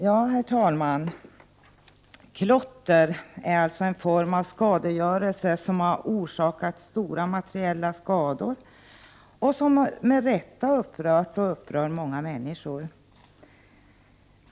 Herr talman! Klotter är alltså en form av skadegörelse som har orsakat stora materiella skador och som med rätta har upprört och upprör många människor.